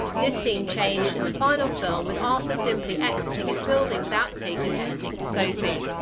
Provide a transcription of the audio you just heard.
this scene changed in the final film with arthur simply exiting his building without taking anything to sophie.